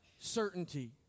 certainty